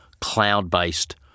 cloud-based